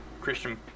Christian